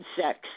sex